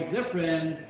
different